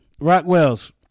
Rockwell's